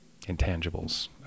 intangibles